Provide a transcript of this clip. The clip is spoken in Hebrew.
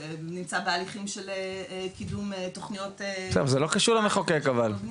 זה נמצא בהליכים של קידום תוכניות --- אישורי בניה.